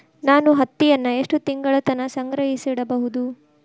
ನಾನು ಹತ್ತಿಯನ್ನ ಎಷ್ಟು ತಿಂಗಳತನ ಸಂಗ್ರಹಿಸಿಡಬಹುದು?